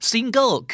Single